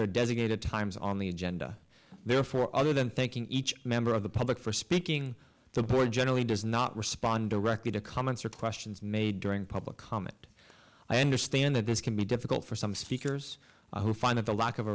their designated times on the agenda therefore other than thanking each member of the public for speaking to the boy generally does not respond directly to comments or questions made during public comment i understand that this can be difficult for some speakers who find that the lack of